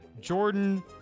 Jordan